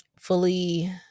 fully